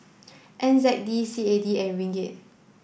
N Z D C A D and Ringgit